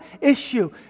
issue